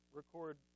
record